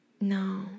No